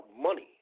money